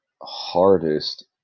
hardest